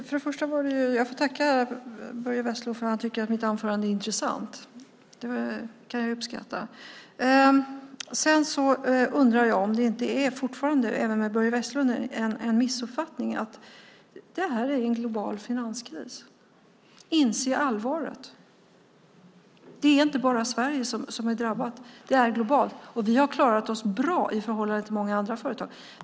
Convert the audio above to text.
Fru talman! Jag tackar Börje Vestlund för att han tyckte att mitt anförande var intressant. Det uppskattar jag. Jag undrar om inte även Börje Vestlund har missuppfattat situationen. Det är en global finanskris. Inse allvaret! Det är inte bara Sverige som är drabbat; den är global. Vi har klarat oss bra i förhållande till många andra företag.